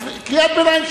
אז קריאת ביניים.